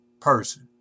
person